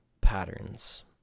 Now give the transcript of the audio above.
patterns